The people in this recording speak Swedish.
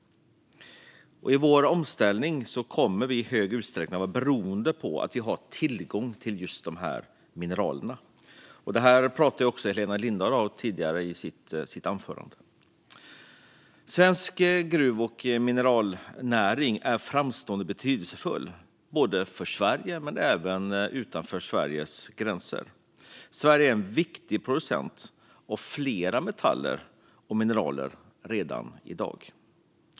I vår omställning kommer vi i hög utsträckning att vara beroende av tillgången till just dessa mineral, något som också Helena Lindahl talade om tidigare i sitt anförande. Svensk gruv och mineralnäring är framstående och betydelsefull både för Sverige och utanför landets gränser. Sverige är en viktig producent av flera metaller och mineral redan i dag.